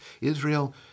Israel